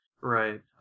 right